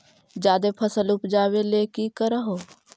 जादे फसल उपजाबे ले की कर हो?